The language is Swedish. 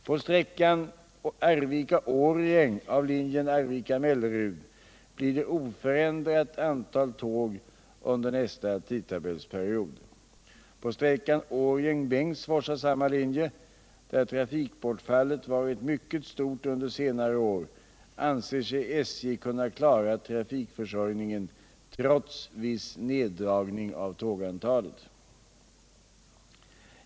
På sträckan Arvika-Årjäng av linjen Arvika-Mellerud blir det oförändrat antal tåg under nästa tidtabellsperiod. På sträckan Årjäng-Bengtsfors av samma linje, där trafikbortfallet varit mycket stort under senare år, anser sig SJ kunna klara trafikförsörjningen trots viss neddragning av tågantalet.